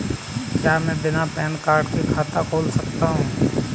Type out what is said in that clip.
क्या मैं बिना पैन कार्ड के खाते को खोल सकता हूँ?